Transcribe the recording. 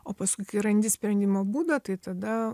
o paskui kai randi sprendimo būdą tai tada